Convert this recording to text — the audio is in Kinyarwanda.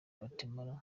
guatemala